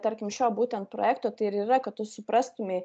tarkim šio būtent projekto tai ir yra kad tu suprastumei